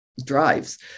drives